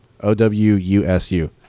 O-W-U-S-U